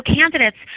candidates